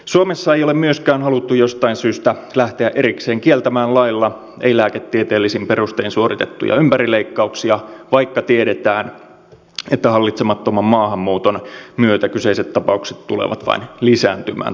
suomessa ei ole myöskään haluttu jostain syystä lähteä erikseen kieltämään lailla ei lääketieteellisin perustein suoritettuja ympärileikkauksia vaikka tiedetään että hallitsemattoman maahanmuuton myötä kyseiset tapaukset tulevat vain lisääntymään tulevaisuudessa